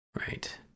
Right